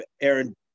Aaron